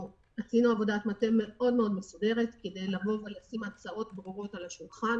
אנחנו עשינו עבודת מטה מסודרת כדי לשים הצעות ברורות על השולחן